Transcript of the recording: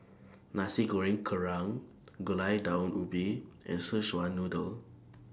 Nasi Goreng Kerang Gulai Daun Ubi and Szechuan Noodle